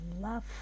love